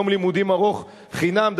יום לימודים ארוך חינם,